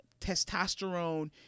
Testosterone